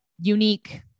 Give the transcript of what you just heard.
unique